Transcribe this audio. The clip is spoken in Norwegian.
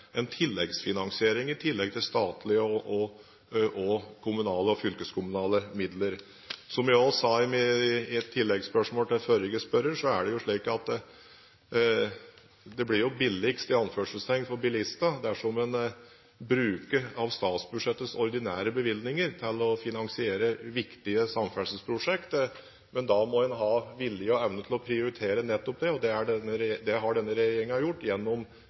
tilleggsfinansiering – i tillegg til statlige, kommunale og fylkeskommunale midler. Som jeg òg sa i et tilleggsspørsmål til forrige spørrer, er det slik at det blir «billigst» for bilistene dersom en bruker av statsbudsjettets ordinære bevilgninger til å finansiere viktige samferdselsprosjekt, men da må en ha vilje og evne til å prioritere nettopp det. Det har denne regjeringen gjort gjennom de betydelig økte rammer i den vei- og transportplanen vi nå er